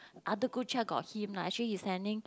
other group chat got him lah actually he sending